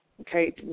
okay